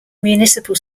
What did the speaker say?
municipal